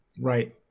Right